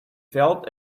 felt